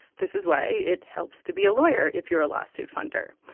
this is why it helps to be a lawyer if you're a lawsuit funder.